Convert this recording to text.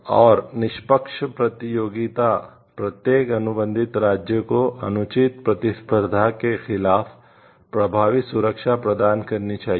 और निष्पक्ष प्रतियोगिता प्रत्येक अनुबंधित राज्य को अनुचित प्रतिस्पर्धा के खिलाफ प्रभावी सुरक्षा प्रदान करनी चाहिए